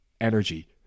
energy